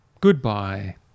Goodbye